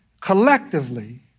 collectively